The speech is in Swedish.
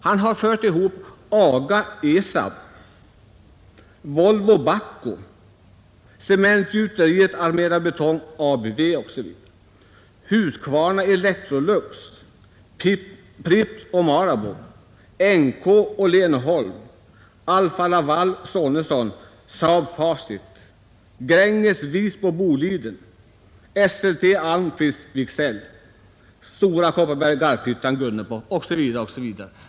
Han har fört ihop AGA - ESAB, Volvo - Bahco, Cementgjuteriet - Armerad Betong - ABV osv., Husqvarna - Electrolux, Pripp - Marabou, NK - Åhlén & Holm, Alfa-Laval - Sonesson, SAAB - Facit, Gränges - Wirsbo - Boliden, Esselte - Almqvist & Wiksell, Stora Kopparberg - Garphyttan - Gunnebo, osv., osv.